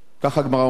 ככה הגמרא אומרת: